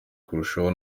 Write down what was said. kurushaho